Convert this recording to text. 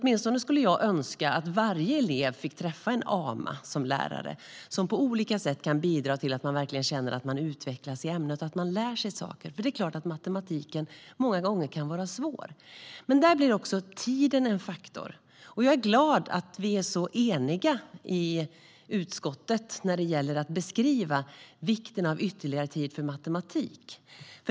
Jag skulle önska att varje elev fick ha en sådan lärare som "Ama" som på olika sätt kan bidra till att man känner att man utvecklas i ämnet och lär sig saker. Matematik kan ju många gånger vara svårt. Här är också tiden en faktor. Jag är glad att utskottet är så enigt när det gäller vikten av ytterligare tid för matematik.